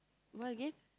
what again